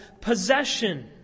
possession